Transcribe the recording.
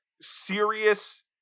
serious